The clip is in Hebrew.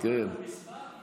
זוכר את המספר?